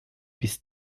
bis